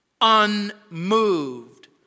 unmoved